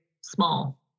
small